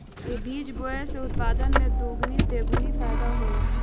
इ बीज बोए से उत्पादन में दोगीना तेगुना फायदा होला